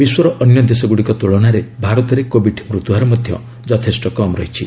ବିଶ୍ୱର ଅନ୍ୟ ଦେଶଗୁଡ଼ିକ ତୁଳନାରେ ଭାରତରେ କୋବିଡ୍ ମୃତ୍ୟୁହାର ମଧ୍ୟ ଯଥେଷ୍ଟ କମ୍ ରହିଛି